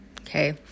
Okay